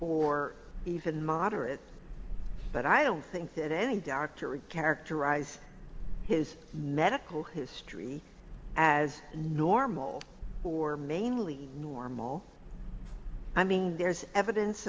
or even moderate but i don't think that any doctor or characterize his medical history as normal poor mainly normal i mean there's evidence